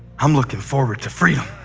i'm looking forward to freedom.